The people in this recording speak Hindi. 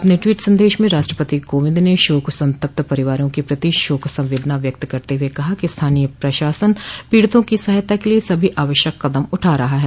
अपने ट्वीट संदेश में राष्ट्रपति कोविंद ने शोक संतप्त परिवारों के प्रति संवेदना व्यक्त करते हुए कहा कि स्थानीय प्रशासन पीडितों की सहायता के लिए सभी आवश्यक कदम उठा रहा है